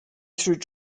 through